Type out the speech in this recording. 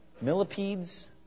Millipedes